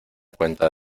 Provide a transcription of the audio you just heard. cuenta